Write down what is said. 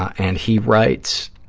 and he writes,